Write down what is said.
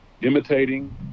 imitating